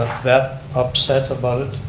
that upset about it,